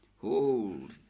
Hold